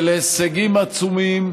של הישגים עצומים,